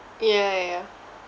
ya ya ya